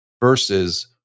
versus